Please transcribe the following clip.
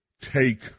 take